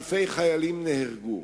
אלפי חיילים נהרגו.